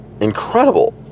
incredible